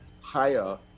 higher